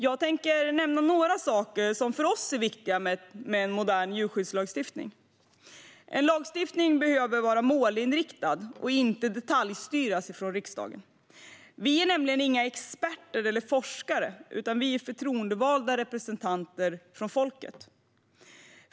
Jag tänker nämna några saker som för oss är viktiga med en modern djurskyddslagstiftning. En lagstiftning behöver vara målinriktad och inte detaljstyras från riksdagen. Vi är nämligen inga experter eller forskare, utan vi är förtroendevalda representanter för folket.